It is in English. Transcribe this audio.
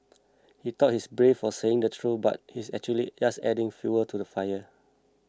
he thought he's brave for saying the truth but he's actually just adding fuel to the fire